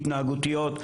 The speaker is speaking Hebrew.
התנהגותיות.